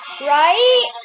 Right